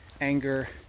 anger